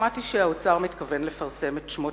שמעתי שהאוצר מתכוון לפרסם את שמות